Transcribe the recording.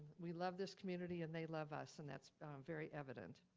we love this community and they love us and that's very evident.